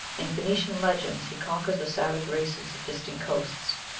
in phoenician legends he conquers the savage races of distant coasts,